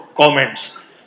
comments